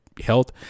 health